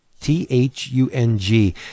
T-H-U-N-G